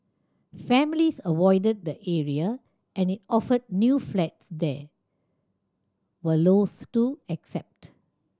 families avoided the area and it offered new flats there were loathe to accept